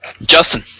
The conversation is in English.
Justin